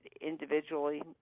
individually